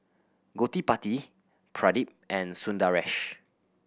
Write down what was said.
Gottipati Pradip and Sundaresh